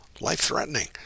life-threatening